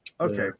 okay